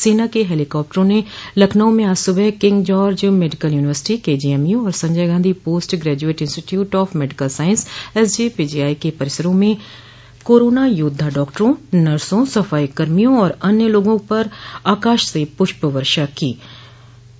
सेना के हेलीकॉप्टरों ने लखनऊ में आज सुबह किंग जॉर्ज मेडिकल यूनिवर्सिटी और Sanjay Gandhi post graduate institute of medical science के परिसरों में कोरोना योद्धा डॉक्टरों नर्सों सफाईकर्मियों और अन्य लोगों पर आकाश से पुष्प वर्षा की गई